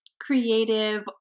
creative